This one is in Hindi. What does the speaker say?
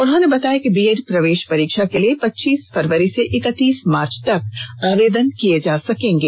उन्होंने बताया कि बीएड प्रवेश परीक्षा के लिए पच्चीस फरवरी से इकतीस मार्च तक आवेदन किए जा सकेंगे